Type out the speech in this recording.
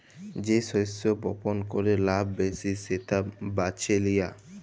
যে শস্য বপল ক্যরে লাভ ব্যাশি সেট বাছে লিয়া